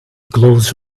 clothes